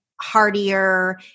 hardier